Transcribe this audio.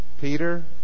Peter